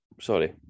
sorry